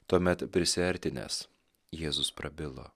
tuomet prisiartinęs jėzus prabilo